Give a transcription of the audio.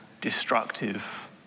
destructive